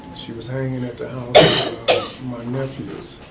she was hanging at my nephews.